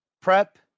Prep